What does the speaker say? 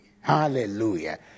Hallelujah